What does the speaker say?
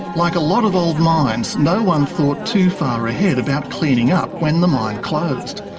like a lot of old mines, no one thought too far ahead about cleaning up when the mine closed.